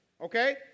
Okay